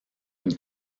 une